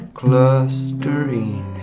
clustering